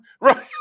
Right